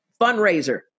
fundraiser